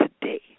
today